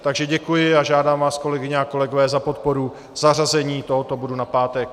Takže děkuji a žádám vás kolegyně a kolegové za podporu zařazení tohoto bodu na pátek.